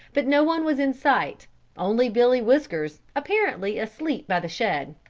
but no one was in sight only billy whiskers, apparently asleep by the shed.